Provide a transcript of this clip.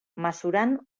mesurant